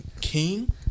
king